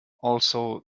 also